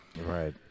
Right